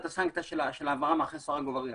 הסנקציה של העברה מאחורי סורג ובריח.